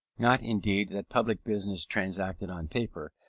not, indeed, that public business transacted on paper,